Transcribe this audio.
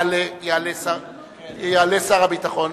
בבקשה.